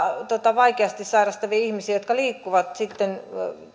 vaikeasti sairastavia ihmisiä jotka liikkuvat sitten